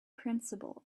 principle